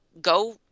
go